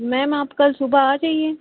ma'am आप कल सुबह आ जाइए